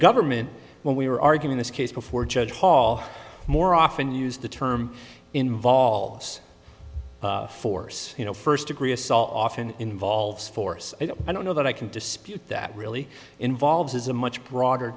government when we were arguing this case before judge paul more often used the term involves force you know first degree assault often involves force and i don't know that i can dispute that really involves is a much broader